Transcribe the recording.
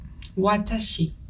Watashi